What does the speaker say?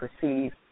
perceive